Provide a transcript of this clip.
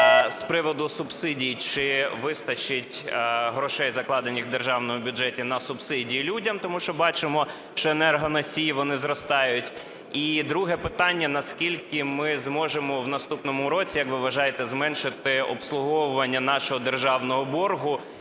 з приводу субсидій. Чи вистачить грошей, закладених у державному бюджеті на субсидії людям? Тому що бачимо, що енергоносії, вони зростають. І друге питання. Наскільки ми зможемо в наступному році, як ви вважаєте, зменшити обслуговування нашого державного боргу?